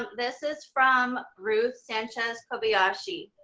this is from ruth sanchez kobayashi.